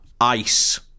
Ice